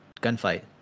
Gunfight